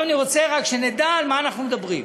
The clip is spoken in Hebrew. אני רוצה רק שנדע על מה אנחנו מדברים.